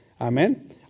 Amen